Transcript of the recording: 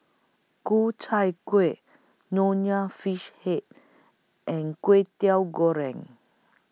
Ku Chai Kueh Nonya Fish Head and Kwetiau Goreng